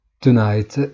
Tonight